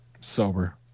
Sober